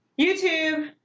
YouTube